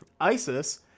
ISIS